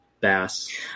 Bass